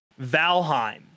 Valheim